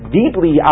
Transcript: deeply